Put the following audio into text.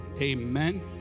amen